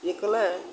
ଇଏ କଲେ